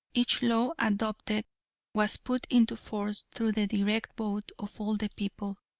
each law adopted was put into force through the direct vote of all the people.